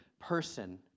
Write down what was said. person